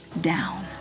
down